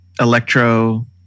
electro